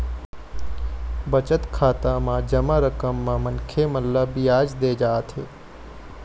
बचत खाता म जमा रकम म मनखे ल बियाज दे जाथे